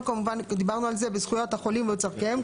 כמובן דיברנו על זה בזכויות החולים וצורכיהם,